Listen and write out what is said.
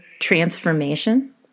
transformation